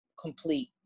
complete